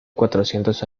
cuatrocientos